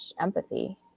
empathy